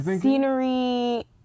Scenery